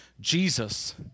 Jesus